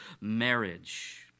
marriage